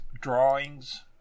Drawings